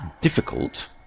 difficult